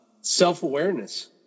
self-awareness